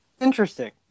Interesting